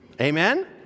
Amen